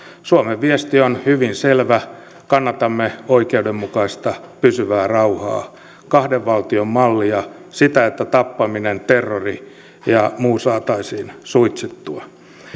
suomen viesti on hyvin selvä kannatamme oikeudenmukaista pysyvää rauhaa kahden valtion mallia sitä että tappaminen terrori ja muu saataisiin suitsittua